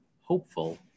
hopeful